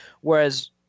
whereas